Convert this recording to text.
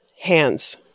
Hands